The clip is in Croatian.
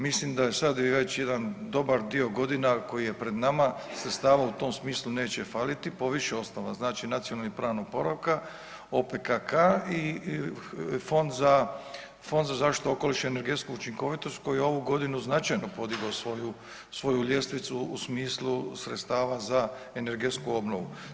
Mislim da je sada i već jedan dobar dio godina koji je pred nama sredstava u tom smislu neće faliti. … [[ne razumije se]] znači nacionalni plan oporavka, OPKK-a i Fond za zaštitu okoliša i energetsku učinkovitost koji je ove godine značajno podigao svoju ljestvicu u smislu sredstava za energetsku obnovu.